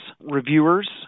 reviewers